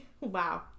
Wow